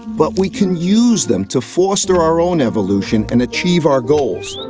but we can use them to foster our own evolution and achieve our goals.